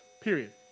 period